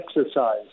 exercise